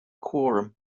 quorum